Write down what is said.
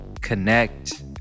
connect